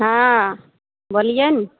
हँ बोलिए ने